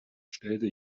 stellte